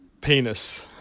Penis